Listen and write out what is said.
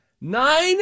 Nine